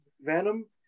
Venom